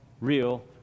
real